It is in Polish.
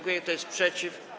Kto jest przeciw?